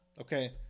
Okay